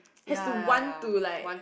has to want to like